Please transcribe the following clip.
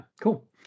cool